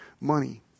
money